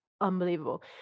unbelievable